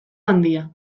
handia